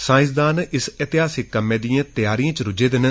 साईंसदान इस ऐतिहासिक कम्मै दियें तैयारियें च रूज्झे दे न